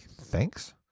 thanks